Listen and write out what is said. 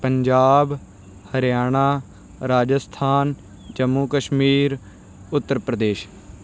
Punjab Haryana Rajasthan Jammu Kashmir Uttar Pradesh